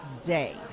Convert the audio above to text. day